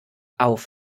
auf